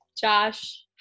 Josh